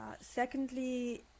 secondly